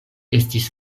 estis